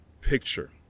picture